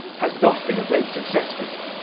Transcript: has not been a great success for you.